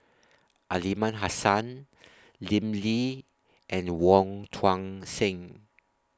Aliman Hassan Lim Lee and Wong Tuang Seng